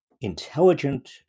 intelligent